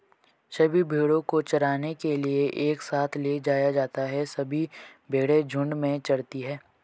सभी भेड़ों को चराने के लिए एक साथ ले जाया जाता है सभी भेड़ें झुंड में चरती है